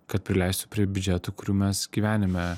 kad prileisiu prie biudžetų kurių mes gyvenime